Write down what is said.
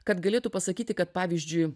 kad galėtų pasakyti kad pavyzdžiui